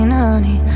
honey